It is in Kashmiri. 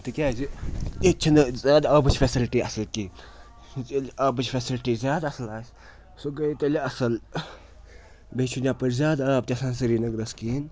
تِکیٛازِ ییٚتہِ چھِنہٕ زیادٕ آبٕچ فیسَلٹی اَصٕل کِہیٖنۍ ییٚلہِ آبٕچ فیسَلٹی زیادٕ اَصٕل آسہِ سُہ گٔیے تیٚلہِ اَصٕل بیٚیہِ چھُنہٕ یَپٲرۍ زیادٕ آب تہِ آسان سرینَگرَس کِہیٖنۍ